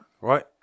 right